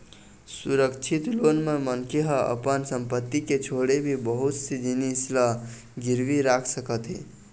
सुरक्छित लोन म मनखे ह अपन संपत्ति के छोड़े भी बहुत से जिनिस ल गिरवी राख सकत हे